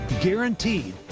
Guaranteed